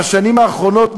בשנים האחרונות,